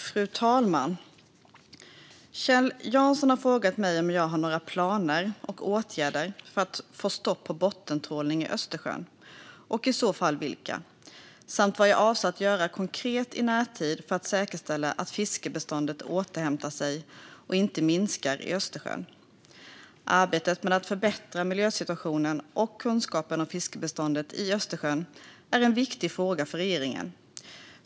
Fru talman! Kjell Jansson har frågat mig om jag har några planer och åtgärder för att få stopp på bottentrålningen i Östersjön, och i så fall vilka, samt vad jag avser att göra konkret i närtid för att säkerställa att fiskbeståndet återhämtar sig och inte minskar i Östersjön. Arbetet med att förbättra miljösituationen och kunskapen om fiskbestånden i Östersjön är en viktig fråga för regeringen.